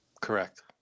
Correct